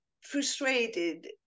frustrated